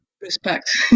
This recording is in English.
respect